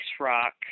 rock